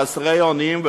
חסרי אונים,